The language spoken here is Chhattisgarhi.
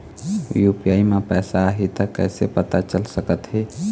यू.पी.आई म पैसा आही त कइसे पता चल सकत हे?